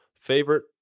Favorite